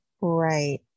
Right